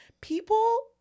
people